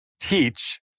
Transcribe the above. teach